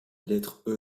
lettre